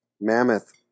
mammoth